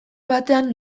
batean